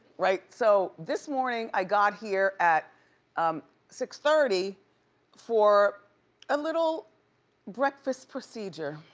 right, so this morning, i got here at um six thirty for a little breakfast procedure.